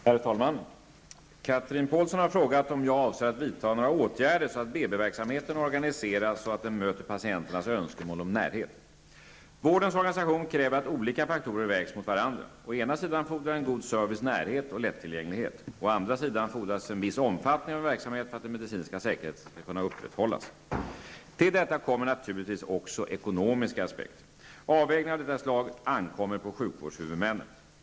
Herr talman! Chatrine Pålsson har frågat mig om jag avser att vidta några åtgärder så att BB verksamheten organiseras så att den möter patienternas önskemål om närhet. Vårdens organisation kräver att olika faktorer vägs mot varandra. Å ena sidan fordrar en god service närhet och lättillgänglighet. Å andra sidan fordras en viss omfattning av en verksamhet för att den medicinska säkerheten skall kunna upprätthållas. Till detta kommer naturligtvis också ekonomiska aspekter. Avvägningar av detta slag ankommer på sjukvårdshuvudmännen.